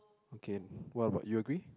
okay what about you agree